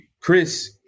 Chris